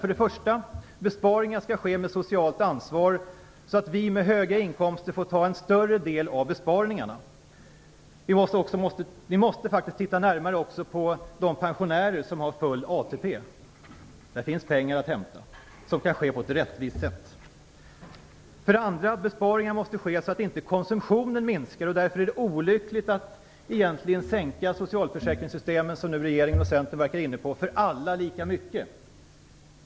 För det första: Besparingar skall ske med socialt ansvar så att vi med höga inkomster får ta en större del av besparingarna. Vi måste faktiskt titta närmare också på de pensionärer som har full ATP. Där finns pengar att hämta. Det kan ske på ett rättvist sätt. För det andra: Besparingar måste ske så att inte konsumtionen minskar. Därför är det egentligen olyckligt att sänka nivån i socialförsäkringssystemen lika mycket för alla, vilket regeringen och Centern nu verkar vara inne på.